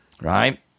right